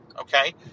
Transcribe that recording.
Okay